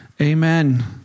Amen